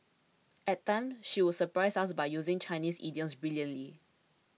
at times she would surprise us by using Chinese idioms brilliantly